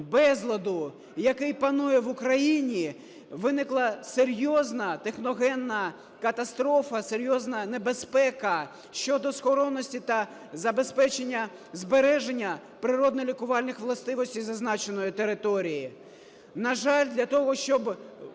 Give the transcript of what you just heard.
безладу, який панує в Україні, виникла серйозна техногенна катастрофа, серйозна небезпека щодо схоронності та забезпечення збереження природно-лікувальних властивостей зазначеної території.